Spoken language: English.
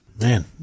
Man